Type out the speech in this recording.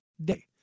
day